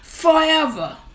forever